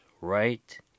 Right